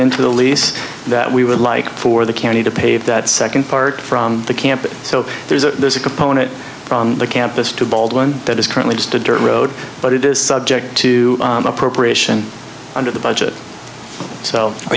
into the lease that we would like for the county to pave that second part from the campus so there's a component from the campus to baldwin that is currently just a dirt road but it is subject to appropriation under the budget so